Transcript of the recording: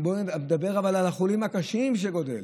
בואו נדבר על מספר החולים הקשים שגדל,